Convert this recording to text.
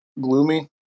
gloomy